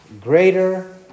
greater